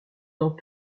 dans